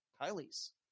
Kylie's